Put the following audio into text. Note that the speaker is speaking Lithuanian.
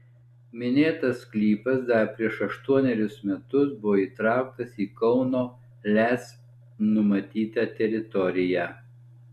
minėtas sklypas dar prieš aštuonerius metus buvo įtrauktas į kauno lez numatytą teritoriją